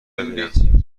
ببینم